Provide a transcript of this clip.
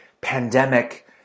pandemic